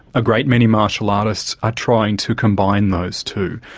a great many martial artists are trying to combine those two,